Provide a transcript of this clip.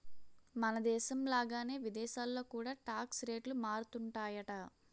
మనదేశం లాగానే విదేశాల్లో కూడా టాక్స్ రేట్లు మారుతుంటాయట